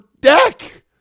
deck